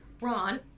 Ron